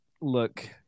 look